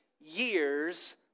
years